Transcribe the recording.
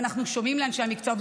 ואנחנו שומעים לאנשי המקצוע.